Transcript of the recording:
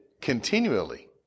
continually